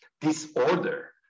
disorder